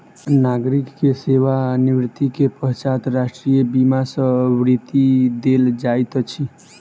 नागरिक के सेवा निवृत्ति के पश्चात राष्ट्रीय बीमा सॅ वृत्ति देल जाइत अछि